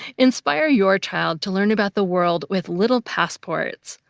inspire your child to learn about the world with little passports.